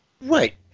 Right